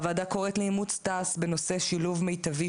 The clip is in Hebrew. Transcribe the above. הוועדה קוראת לאימוץ תע"ס בנושא של שילוב מיטבי